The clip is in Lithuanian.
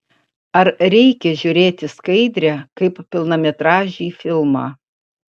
ar reikia žiūrėti skaidrę kaip pilnametražį filmą